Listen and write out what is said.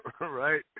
Right